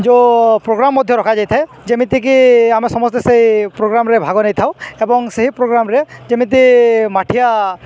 ଯେଉଁ ପ୍ରୋଗ୍ରାମ୍ ମଧ୍ୟ ରଖାଯାଇଥାଏ ଯେମିତିକି ଆମେ ସମସ୍ତେ ସେଇ ପ୍ରୋଗ୍ରାମ୍ରେ ଭାଗ ନେଇଥାଉ ଏବଂ ସେହି ପ୍ରୋଗ୍ରାମ୍ରେ ଯେମିତି ମାଠିଆ